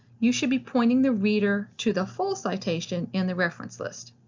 you should be pointing the reader to the full citation in the reference list.